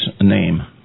name